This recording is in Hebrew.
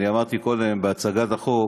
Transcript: אמרתי קודם, בהצגת החוק,